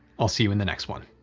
i'll see you in the next one.